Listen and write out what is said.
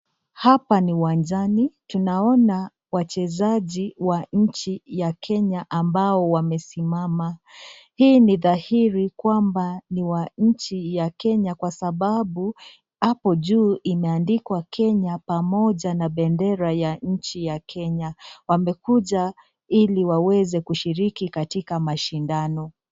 Hapa ni uwanjani, tunaona wachezaji wa nchi ya Kenya ambao wamesimama, hii ni dhahiri kwamba ni wa nchi ya Kenya kwa sababu hapo juu imeandikwa Kenya pamoja na bendera ya nchi ya Kenya. Wamekuja ili waweze kushiriki katika mashindano.